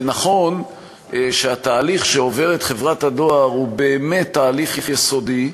נכון שהתהליך שחברת הדואר עוברת הוא באמת תהליך יסודי,